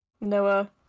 Noah